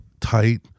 tight